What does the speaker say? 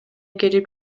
келип